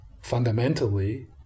fundamentally